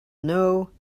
know